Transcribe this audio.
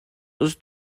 ist